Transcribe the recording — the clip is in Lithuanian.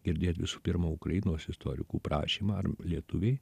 girdėt visų pirma ukrainos istorikų prašymą ar lietuviai